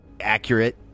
accurate